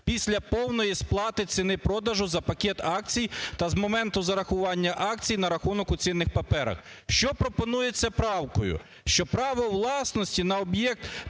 після повної сплати ціни продажу за пакет акцій та з моменту зарахування акцій на рахунок у цінних паперах. Що пропонується правкою. Що право власності на об'єкт